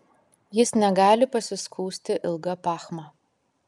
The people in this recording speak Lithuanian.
jis negali pasiskųsti ilga pachma